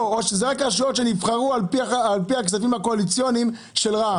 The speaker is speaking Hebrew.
ואלה רק רשויות שנבחרו על פי הכספים הקואליציוניים של רע"מ.